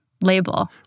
label